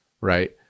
right